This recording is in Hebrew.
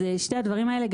אז שני הדברים האלה,